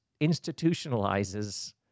institutionalizes